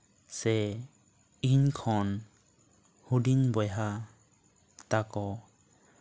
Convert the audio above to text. ᱥᱮ ᱤᱧ ᱠᱷᱚᱱ ᱦᱩᱰᱤᱧ ᱵᱚᱭᱦᱟ ᱛᱟᱠᱚ